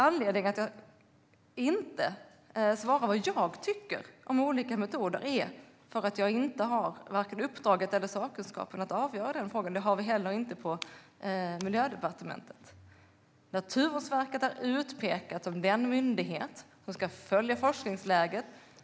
Anledningen till att jag inte svarar på vad jag tycker om olika metoder är att jag inte har vare sig uppdraget eller sakkunskapen att avgöra frågan. Detta har vi heller inte på Miljödepartementet. Naturvårdsverket är utpekat som den myndighet som ska följa forskningsläget.